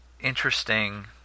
interesting